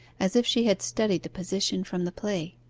as if she had studied the position from the play.